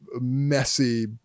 messy